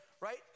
right